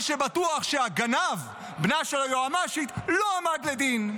מה שבטוח, הגנב, בנה של היועמ"שית, לא עמד לדין.